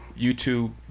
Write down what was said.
YouTube